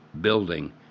building